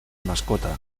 mascota